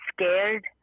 scared